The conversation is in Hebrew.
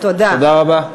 תודה רבה.